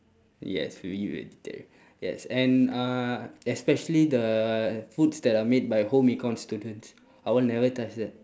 yes we eat vegetarian yes and uh especially the foods that are made by home econs students I will never touch that